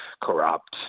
corrupt